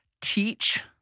teach